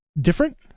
different